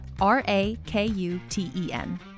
R-A-K-U-T-E-N